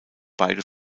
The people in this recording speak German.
beide